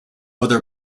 other